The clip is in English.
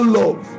love